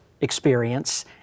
experience